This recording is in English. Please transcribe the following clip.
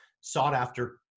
sought-after